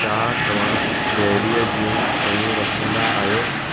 छा तव्हां डेयरी जूं शयूं रखंदा आहियो